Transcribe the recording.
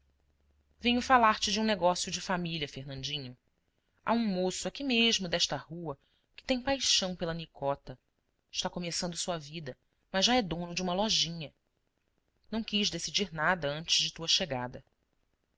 filho venho falar-te de um negócio de família fernandinho há um moço aqui mesmo desta rua que tem paixão pela nicota está começando sua vida mas já é dono de uma lojinha não quis decidir nada antes de tua chegada